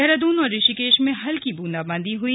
देहरादून और ऋषिकेश में हल्की बूंदाबांदी हुई